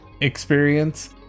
experience